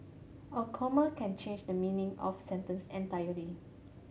a comma can change the meaning of sentence entirely